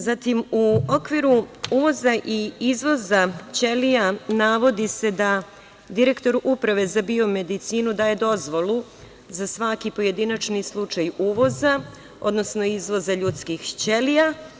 Zatim, u okviru uvoza i izvoza ćelija na vodi se da direktor Uprave za biomedicinu daje dozvolu za svaki pojedinačni slučaj uvoza, odnosno izvoza ljudskih ćelija.